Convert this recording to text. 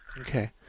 Okay